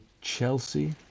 Chelsea